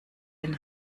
den